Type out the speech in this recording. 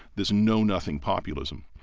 this know-nothing populism.